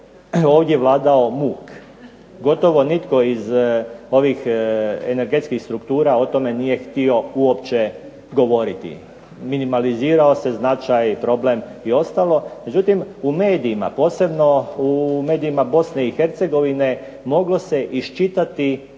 ovdje vladao muk. Gotovo nitko iz ovih energetskih struktura o tome nije htio uopće govoriti. Minimizirao se značaj problema i ostalo. Međutim, u medijima posebno u medijima Bosne i Hercegovine moglo se iščitati